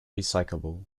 recyclable